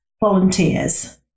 volunteers